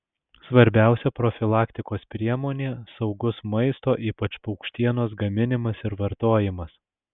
svarbiausia profilaktikos priemonė saugus maisto ypač paukštienos gaminimas ir vartojimas